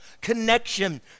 connection